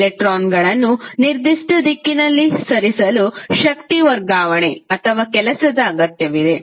ಎಲೆಕ್ಟ್ರಾನ್ಗಳನ್ನು ನಿರ್ದಿಷ್ಟ ದಿಕ್ಕಿನಲ್ಲಿ ಸರಿಸಲು ಶಕ್ತಿ ವರ್ಗಾವಣೆ ಅಥವಾ ಕೆಲಸದ ಅಗತ್ಯವಿದೆ